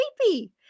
creepy